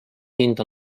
hind